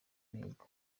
imihigo